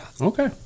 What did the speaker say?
Okay